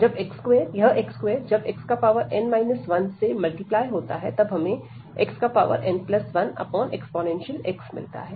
यह x2 जब xn 1 से मल्टिप्लाई होता है तब हमें xn1ex मिलता है